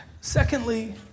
Secondly